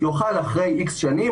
יוכל אחרי X שנים,